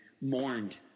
mourned